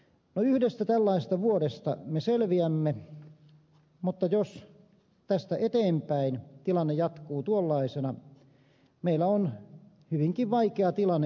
yhdestä tällaisesta vuodesta me selviämme mutta jos tästä eteenpäin tilanne jatkuu tuollaisena meillä on hyvinkin vaikea tilanne odotettavissa